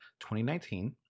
2019